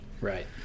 Right